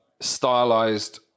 stylized